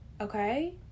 okay